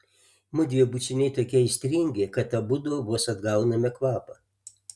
mudviejų bučiniai tokie aistringi kad abudu vos atgauname kvapą